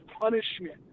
punishment